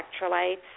electrolytes